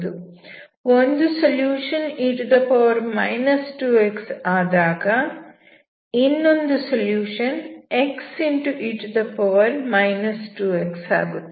ಒಂದು solution e 2x ಆದಾಗ ಇನ್ನೊಂದು ಸೊಲ್ಯೂಷನ್ xe 2x ಆಗುತ್ತದೆ